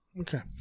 Okay